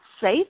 safe